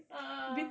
a'ah